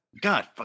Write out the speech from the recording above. god